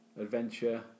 adventure